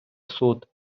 суд